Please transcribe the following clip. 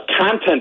content